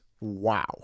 wow